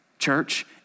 Church